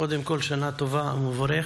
קודם כול, שנה טובה ומבורכת.